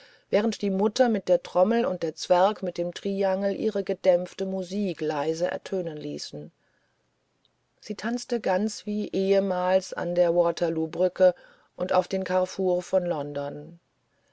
während die mutter mit der trommel und der zwerg mit dem triangel ihre gedämpfte leise musik ertönen ließen sie tanzte ganz wie ehemals an der waterloobrücke und auf den carrefours von london